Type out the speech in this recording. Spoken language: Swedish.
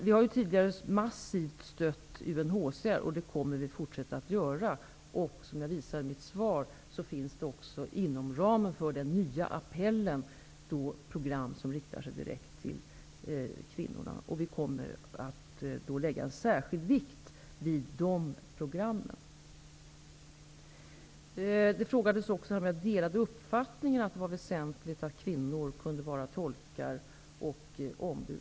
Vi har tidigare gett ett massivt stöd till UNHCR, och det kommer vi att fortsätta med. Som jag påpekade i mitt svar finns det dessutom, inom ramen för den nya appellen, program som riktas direkt till kvinnorna. Vi kommer att lägga särskild vikt vid de programmen. Det frågades också om jag delar uppfattningen att det är väsentligt att kvinnor kan vara tolkar och ombud.